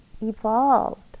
evolved